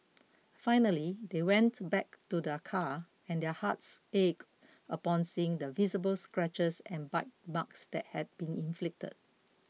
finally they went back to their car and their hearts ached upon seeing the visible scratches and bite marks that had been inflicted